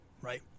right